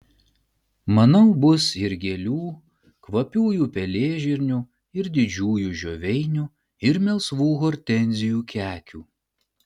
manau bus ir gėlių kvapiųjų pelėžirnių ir didžiųjų žioveinių ir melsvų hortenzijų kekių